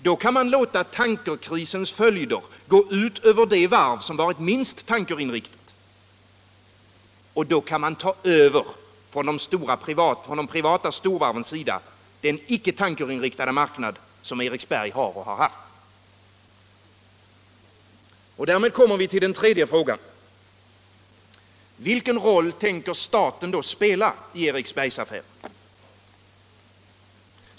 Då kan man låta tankerkrisens följder gå ut över det varv som varit minst tankerinriktat. Då kan man ta över från de privata storvarvens sida den icke tankerinriktade marknad som Eriksberg har och har haft. Och därmed kommer vi till den tredje frågan: Vilken roll tänker staten spela i Eriksbergsaffären?